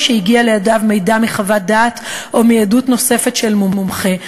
שהגיע לידיו מידע מחוות דעת או מעדות נוספת של מומחה,